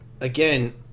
again